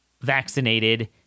vaccinated